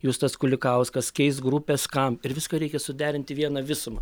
justas kulikauskas keis grupės kam ir viską reikia suderint į vieną visumą